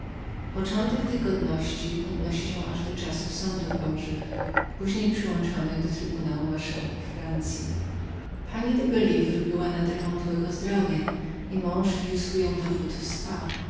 początek tych godności odnosi się aż do czasów sądów bożych później przyłączono je do trybunału marszałków francyi pani de belivre była nader wątłego zdrowia i mąż wiózł ją do wód w spa